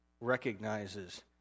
recognizes